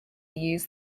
use